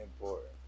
important